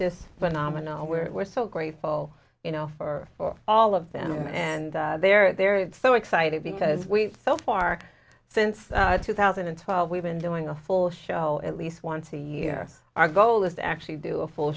this phenomenal where we're so grateful you know for all of them and they're they're so excited because we felt far since two thousand and twelve we've been doing a full show at least once a year our goal is to actually do a full